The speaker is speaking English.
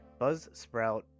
Buzzsprout